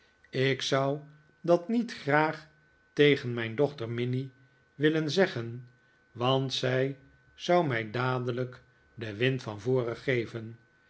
ik zou dat niet graag tegen mijn dochter minnie willen zeggen want zij zou mij dadelijk den wind van voren geven